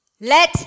let